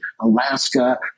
Alaska